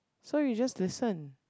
so you just listen